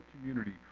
community